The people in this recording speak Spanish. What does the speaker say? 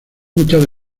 muchas